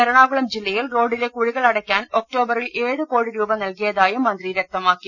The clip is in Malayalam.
എറ ണാകുളം ജില്ലയിൽ റോഡിലെ കുഴികളടയ്ക്കാൻ ഒക്ടോബ റിൽ ഏഴ് കോടി രൂപ നല്കിയതായും മന്ത്രി വൃക്തമാക്കി